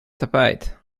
tapijt